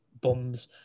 bums